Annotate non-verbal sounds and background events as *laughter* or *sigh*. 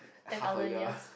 half a year *breath*